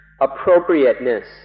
appropriateness